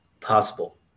possible